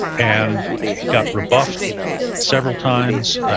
and he got rebuffed several times,